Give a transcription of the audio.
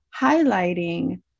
highlighting